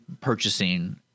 purchasing